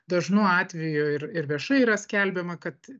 dažnu atveju ir ir viešai yra skelbiama kad